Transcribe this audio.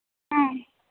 ஆ